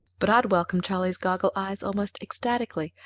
but i'd welcome charlie's goggle eyes almost ecstatically.